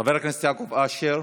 חבר הכנסת יעקב אשר,